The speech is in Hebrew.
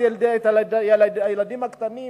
את הילדים הקטנים